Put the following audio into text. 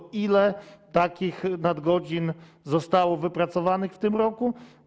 Ważne, ile takich nadgodzin zostało wypracowanych w tym roku.